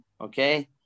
okay